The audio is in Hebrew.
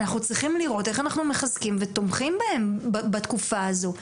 אנחנו צריכים לראות איך אנחנו מחזקים ותומכים בהם בתקופה הזאת.